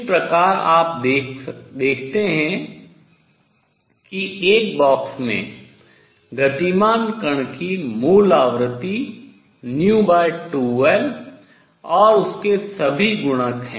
इस प्रकार आप देखते हैं कि एक बॉक्स में गतिमान कण की मूल आवृत्ति और उसके सभी गुणक है